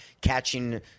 catching